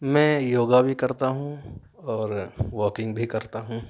میں یوگا بھی کرتا ہوں اور واکنگ بھی کرتا ہوں